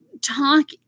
talk